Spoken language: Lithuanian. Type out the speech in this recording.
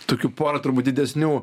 tokių porą turbūt didesnių